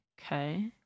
Okay